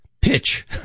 pitch